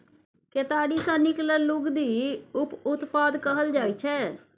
केतारी सँ निकलल लुगदी उप उत्पाद कहल जाइ छै